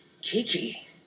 Kiki